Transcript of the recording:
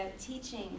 teaching